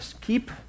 keep